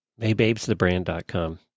Maybabesthebrand.com